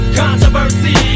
controversy